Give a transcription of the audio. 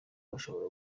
bashobora